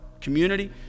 community